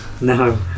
no